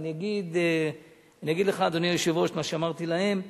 אז אני אגיד לך, אדוני היושב-ראש, מה שאמרתי להם: